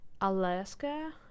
Alaska